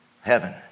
heaven